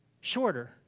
shorter